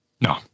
No